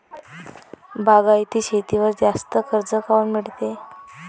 बागायती शेतीवर जास्त कर्ज काऊन मिळते?